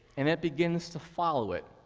and it begins to follow it.